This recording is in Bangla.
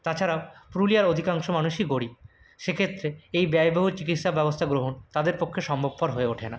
তাছাড়াও পুরুলিয়ার অধিকাংশ মানুষই গরীব সেক্ষেত্রে এই ব্যয়বহুল চিকিৎসাব্যবস্থা গ্রহণ তাদের পক্ষে সম্ভবপর হয়ে ওঠে না